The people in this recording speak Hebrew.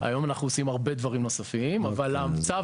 היום אנחנו עושים הרבה דברים נוספים אבל צו